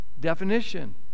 definition